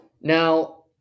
Now